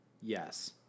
Yes